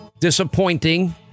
disappointing